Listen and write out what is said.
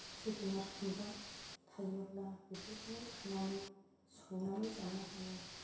जोगोनार खुमब्रा थायोब्ला बेफोरखौनो खानानै संनानै जानो हायो